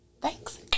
Thanks